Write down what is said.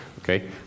Okay